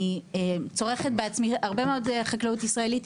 אני צורכת בעצמי הרבה מאוד חקלאות ישראלית,